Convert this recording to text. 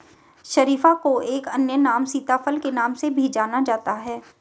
शरीफा को एक अन्य नाम सीताफल के नाम से भी जाना जाता है